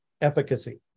efficacy